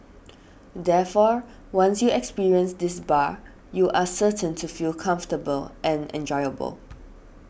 therefore once you experience this bar you are certain to feel comfortable and enjoyable